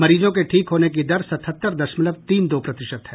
मरीजों के ठीक होने की दर सतहत्तर दशमलव तीन दो प्रतिशत है